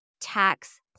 tax